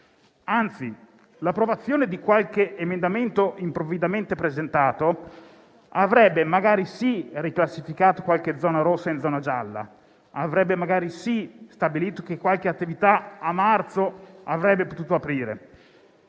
Anzi, l'approvazione di qualche emendamento improvvidamente presentato avrebbe magari riclassificato qualche zona rossa in zona gialla e avrebbe magari stabilito che qualche attività a marzo avrebbe potuto aprire.